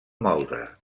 moldre